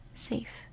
safe